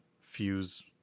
fuse